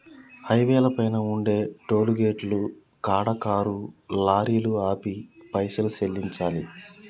హైవేల పైన ఉండే టోలుగేటుల కాడ కారు లారీలు ఆపి పైసలు సెల్లించాలి